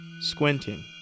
squinting